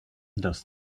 das